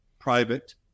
private